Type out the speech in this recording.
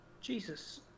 Jesus